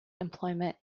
employment